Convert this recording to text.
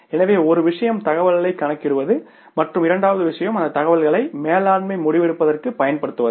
எனவே ஒரு விஷயம் தகவலைக் கணக்கிடுவது மற்றும் இரண்டாவது விஷயம் அந்த தகவலை மேலாண்மை முடிவெடுப்பதற்குப் பயன்படுத்துவது